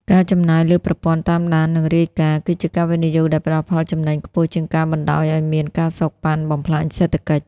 ការចំណាយលើប្រព័ន្ធ "តាមដាន និងរាយការណ៍" គឺជាការវិនិយោគដែលផ្ដល់ផលចំណេញខ្ពស់ជាងការបណ្ដោយឱ្យមាន ការសូកប៉ាន់ បំផ្លាញសេដ្ឋកិច្ច។